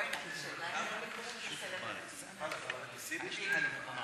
ועדת הכנסת סיימה את עבודתה,